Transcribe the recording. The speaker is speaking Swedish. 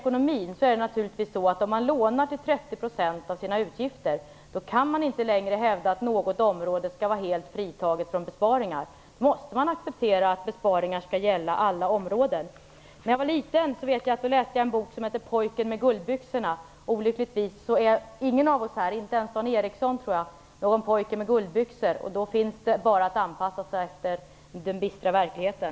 Om man lånar till 30 % av sina utgifter kan man inte längre hävda att något område skall vara helt fritaget från besparingar. Då måste man acceptera att besparingar skall gälla alla områden. När jag var liten läste jag en bok om pojken med guldbyxorna. Olyckligtvis är ingen av oss här - inte ens Dan Ericsson, tror jag - någon pojke med guldbyxor. Då finns det inget annat att göra än att anpassa sig efter den bistra verkligheten.